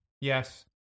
yes